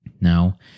Now